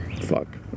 fuck